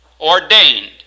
Ordained